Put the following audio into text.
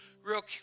Real